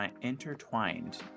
Intertwined